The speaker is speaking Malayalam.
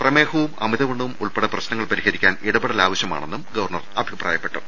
പ്രമേഹവും അമിതവണ്ണവും ഉൾപ്പെടെ പ്രശ്നങ്ങൾ പരിഹരിക്കാൻ ഇടപെടൽ ആവശ്യമാണെന്നും ഗവർണർ അഭിപ്രായപ്പെട്ടു